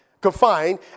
confined